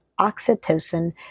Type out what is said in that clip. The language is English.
oxytocin